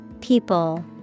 People